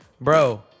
Bro